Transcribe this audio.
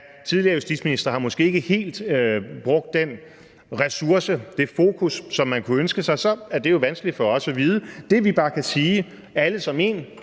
ja, tidligere justitsministre måske ikke helt har brugt den ressource, det fokus, som man kunne ønske sig, så er det jo vanskeligt for os at vide. Det, vi bare kan sige, alle som en